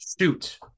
Shoot